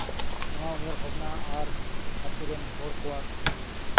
ᱱᱚᱣᱟ ᱩᱭᱦᱟᱹᱨ ᱵᱷᱟᱵᱽᱱᱟ ᱟᱨ ᱟᱛᱳ ᱨᱮᱱ ᱦᱚᱲ ᱠᱚᱣᱟᱜ